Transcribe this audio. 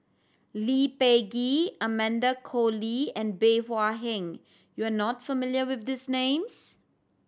Lee Peh Gee Amanda Koe Lee and Bey Hua Heng you are not familiar with these names